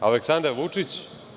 Aleksandar Vučić?